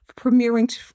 premiering